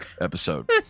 episode